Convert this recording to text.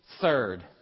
third